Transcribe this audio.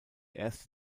erste